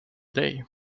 day